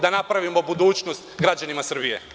da napravimo budućnost građanima Srbije.